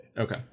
Okay